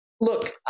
Look